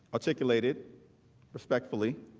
a chicken lated respectfully